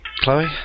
Chloe